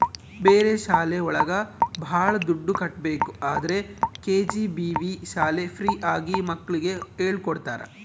ಬೇರೆ ಶಾಲೆ ಒಳಗ ಭಾಳ ದುಡ್ಡು ಕಟ್ಬೇಕು ಆದ್ರೆ ಕೆ.ಜಿ.ಬಿ.ವಿ ಶಾಲೆ ಫ್ರೀ ಆಗಿ ಮಕ್ಳಿಗೆ ಹೇಳ್ಕೊಡ್ತರ